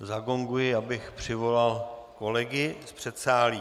Zagonguji, abych přivolal kolegy z předsálí.